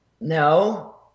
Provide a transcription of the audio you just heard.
No